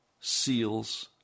seals